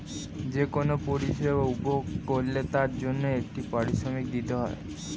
যে কোন পরিষেবা উপভোগ করলে তার জন্যে একটা পারিশ্রমিক দিতে হয়